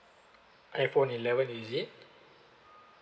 iphone eleven is it